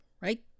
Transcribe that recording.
right